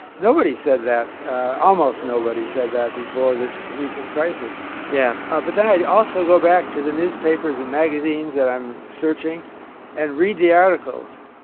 nobody said that almost nobody said that before this recent crisis yeah ah but then i also go back to the newspapers and magazines that i'm searching and read the articles.